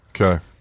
Okay